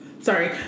Sorry